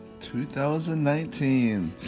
2019